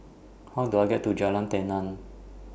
How Do I get to Jalan Tenang